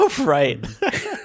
Right